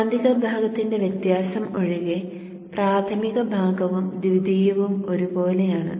കാന്തിക ഭാഗത്തിന്റെ വ്യത്യാസം ഒഴികെ പ്രാഥമികവും ദ്വിതീയവും ഒരേപോലെയാണ്